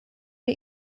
wir